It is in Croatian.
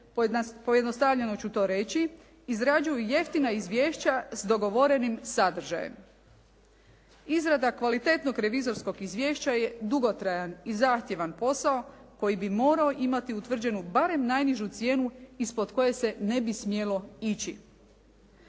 pojednostavljeno ću to reći izrađuju jeftina izvješća s dogovorenim sadržajem. Izrada kvalitetnog revizorskog izvješća je dugotrajan i zahtjevan posao koji bi morao imati utvrđenu barem najnižu cijenu ispod koje se ne bi smjelo ići.